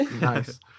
Nice